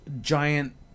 giant